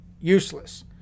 useless